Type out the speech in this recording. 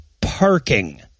Parking